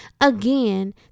again